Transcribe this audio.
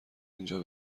اینجا